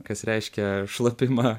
kas reiškia šlapimą